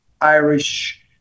Irish